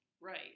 Right